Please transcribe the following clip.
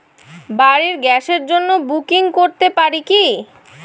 বাড়ির গ্যাসের জন্য বুকিং করতে পারি কি?